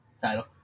title